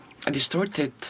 distorted